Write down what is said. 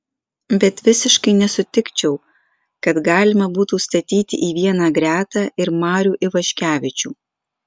bet visiškai nesutikčiau kad galima būtų statyti į vieną gretą ir marių ivaškevičių